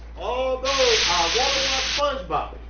although i wanna watch spongebob.